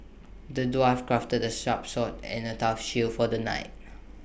the dwarf crafted A sharp sword and A tough shield for the knight